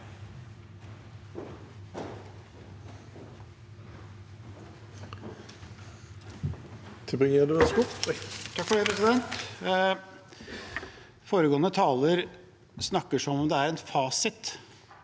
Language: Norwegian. Foregå- ende taler snakket som om det er en fasit.